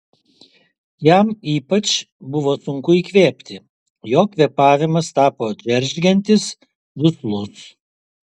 jam ypač buvo sunku įkvėpti jo kvėpavimas tapo džeržgiantis duslus